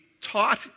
taught